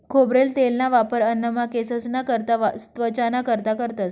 खोबरेल तेलना वापर अन्नमा, केंससना करता, त्वचाना कारता करतंस